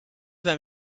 beim